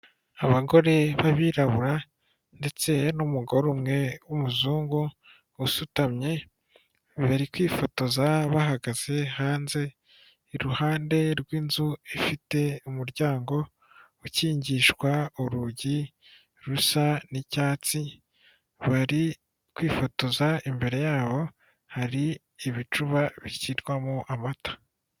Abagore b'abirabura ndetse n'umugore umwe w'umuzungu usutamye, bari kwifotoza bahagaze hanze iruhande rw'inzu ifite umuryango ukingishwa urugi rusa n'icyatsi bari kwifotoza, imbere yabo hari ibicuba bikitwamo amata.